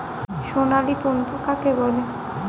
সোনালী তন্তু কাকে বলে?